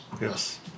yes